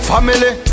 Family